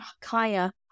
Kaya